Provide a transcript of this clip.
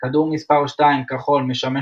כדור מספר 2 - כחול - משמש